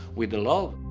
with love.